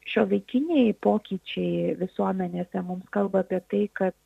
šiuolaikiniai pokyčiai visuomenė mums kalba apie tai kad